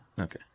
Okay